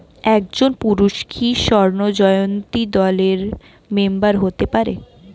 একজন পুরুষ কি স্বর্ণ জয়ন্তী দলের মেম্বার হতে পারে?